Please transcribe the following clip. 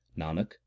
Nanak